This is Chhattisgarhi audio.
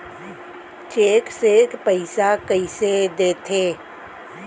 चेक से पइसा कइसे देथे?